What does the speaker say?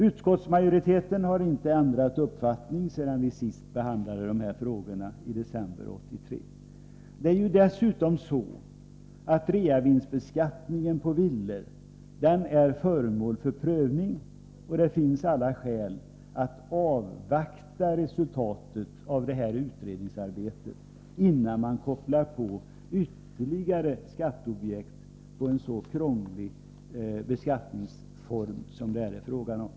Utskottsmajoriteten har inte ändrat uppfattning sedan vi senast behandlade de här frågorna — alltså i december 1983. Det är ju dessutom så att reavinstbeskattningen på villor är föremål för prövning, och det finns allt skäl att avvakta resultatet av utredningsarbetet, innan man kopplar ytterligare skatteobjekt till en så krånglig beskattningsform som den det här är fråga om.